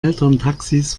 elterntaxis